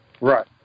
Right